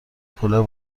کلاه